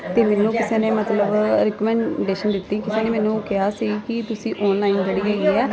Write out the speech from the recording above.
ਅਤੇ ਮੈਨੂੰ ਕਿਸੇ ਨੇ ਮਤਲਬ ਰਿਕਮੈਂਡਡੇਸ਼ਨ ਦਿੱਤੀ ਕਿਸੇ ਨੇ ਮੈਨੂੰ ਕਿਹਾ ਸੀ ਕਿ ਤੁਸੀਂ ਆਨਲਾਈਨ ਜਿਹੜੀ ਹੈਗੀ ਆ